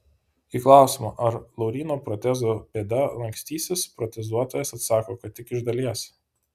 į klausimą ar lauryno protezų pėda lankstysis protezuotojas atsako kad tik iš dalies